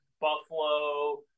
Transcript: Buffalo